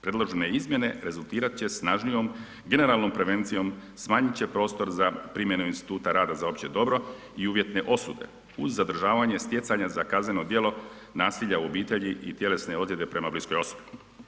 Predložene izmjene rezultirat će snažnijom generalnom prevencijom, smanjit će prostor za primjenu instituta rada za opće dobro i uvjetne osude uz zadržavanje stjecanja za kazneno djelo nasilja u obitelji i tjelesne ozljede prema bliskoj osobi.